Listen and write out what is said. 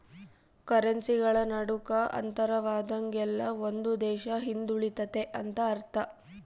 ಕರೆನ್ಸಿಗಳ ನಡುಕ ಅಂತರವಾದಂಗೆಲ್ಲ ಒಂದು ದೇಶ ಹಿಂದುಳಿತೆತೆ ಅಂತ ಅರ್ಥ